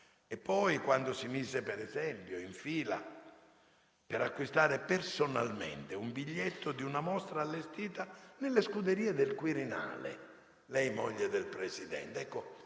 e poi, quando si mise in fila per acquistare personalmente il biglietto di una mostra allestita nelle Scuderie del Quirinale, lei, moglie del Presidente.